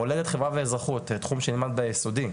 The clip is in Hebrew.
מולדת, חברה ואזרחות, תחום שנלמד ביסודי,